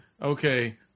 okay